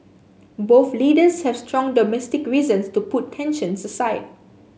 both leaders have strong domestic reasons to put tensions aside